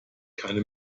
keine